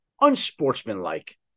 unsportsmanlike